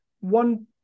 one